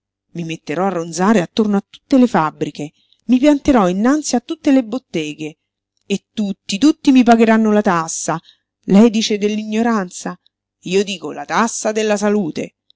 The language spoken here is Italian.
i metterò a ronzare attorno a tutte le fabbriche mi pianterò innanzi a tutte le botteghe e tutti tutti mi pagheranno la tassa lei dice dell'ignoranza io dico la tassa della salute